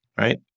right